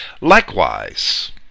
likewise